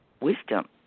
wisdom